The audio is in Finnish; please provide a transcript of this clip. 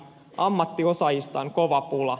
ammattiosaajista on kova pula